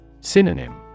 Synonym